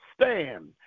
stand